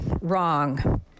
wrong